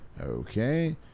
Okay